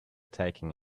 taking